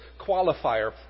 qualifier